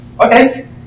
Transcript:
Okay